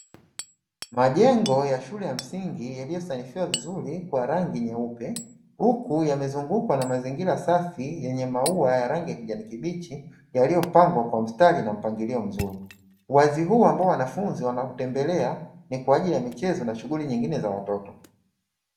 Majengo ya shule ya msingi yaliyosanifiwa vizuri kwa rangi nyeupe, huku yamezungukwa na mazingira safi yenye maua ya rangi ya kijani kibichi yaliyopangwa kwa mstari na mpangilio mzuri, uwazi huu ambao wanafunzi wanatembela ni kwa ajili ya michezo na shughuli nyingine za watoto.